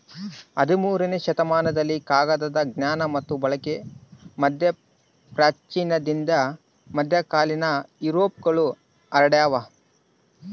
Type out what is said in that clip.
ಹದಿಮೂರನೇ ಶತಮಾನದಲ್ಲಿ ಕಾಗದದ ಜ್ಞಾನ ಮತ್ತು ಬಳಕೆ ಮಧ್ಯಪ್ರಾಚ್ಯದಿಂದ ಮಧ್ಯಕಾಲೀನ ಯುರೋಪ್ಗೆ ಹರಡ್ಯಾದ